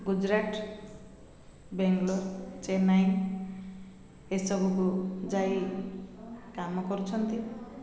ଗୁଜୁରାଟ ବେଙ୍ଗଲୋର ଚେନ୍ନାଇ ଏସବୁକୁ ଯାଇ କାମ କରୁଛନ୍ତି